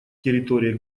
территории